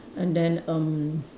and then erm